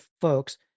folks